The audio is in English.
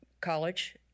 college